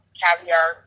caviar